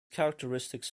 characteristics